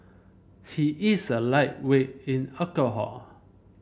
he is a lightweight in alcohol